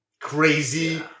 crazy